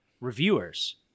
reviewers